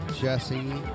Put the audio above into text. Jesse